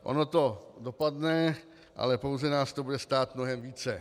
Ono to dopadne, ale pouze nás to bude stát mnohem více.